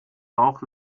bauch